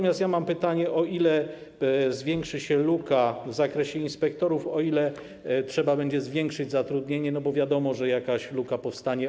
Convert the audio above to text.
Mam pytanie, o ile zwiększy się luka w zakresie inspektorów, o ile trzeba będzie zwiększyć zatrudnienie, bo wiadomo, że jakaś luka powstanie.